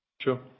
Sure